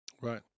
Right